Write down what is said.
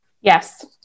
Yes